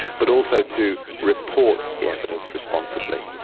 but also to report the evidence responsibly,